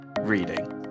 reading